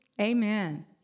Amen